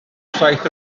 saith